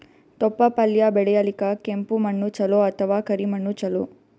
ತೊಪ್ಲಪಲ್ಯ ಬೆಳೆಯಲಿಕ ಕೆಂಪು ಮಣ್ಣು ಚಲೋ ಅಥವ ಕರಿ ಮಣ್ಣು ಚಲೋ?